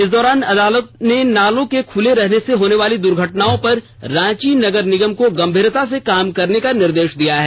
इस दौरान अदालत ने नालों के खुले रहने से होने वाली दुर्घटनाओं पर रांची नगर निगम को गंभीरता से काम करने का निर्देश दिया है